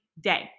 day